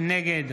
נגד